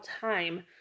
time